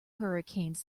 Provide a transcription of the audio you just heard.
hurricanes